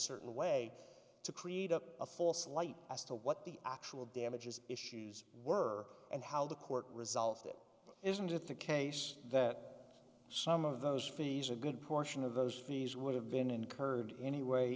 certain way to create a false light as to what the actual damages issues were and how the court result it isn't the case that some of those fees are a good portion of those fees would have been incurred anyway